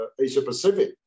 Asia-Pacific